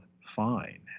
fine